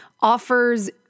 offers